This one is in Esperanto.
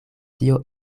tio